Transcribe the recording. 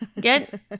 get